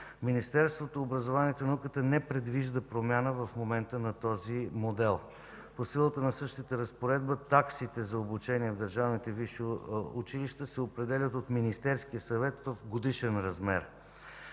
Министерството на образованието и науката не предвижда промяна в момента на този модел. По силата на същата разпоредба таксите за обучение в държавните висши училища се определят от Министерския съвет в годишен размер.